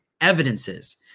evidences